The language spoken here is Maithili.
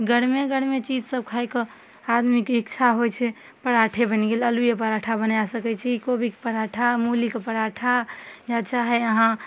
गरमे गरमे चीज सब खाइके आदमीके इच्छा होइ छै पराठे बनि गेल अलुवे पराठा बना सकय छी कोबीके पराठा मूलीके पराठा या चाहे अहाँ